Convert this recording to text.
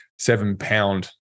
seven-pound